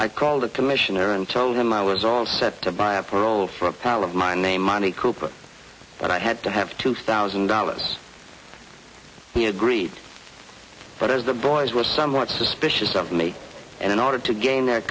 i called the commissioner and told him i was all set to buy a parole for a pal of mine named money cooper but i had to have two thousand dollars he agreed but as the boys were somewhat suspicious of me and in order to gain their